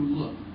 look